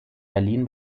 berlin